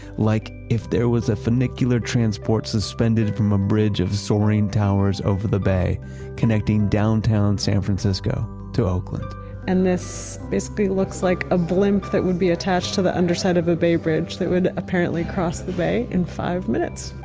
like, if there was a funicular transport suspended from a bridge of soaring towers over the bay connecting downtown san francisco to oakland and this basically looks like a blimp that would be attached to the underside of a bay bridge that would apparently cross the bay in five minutes.